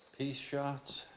peace shots?